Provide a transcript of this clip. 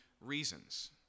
Reasons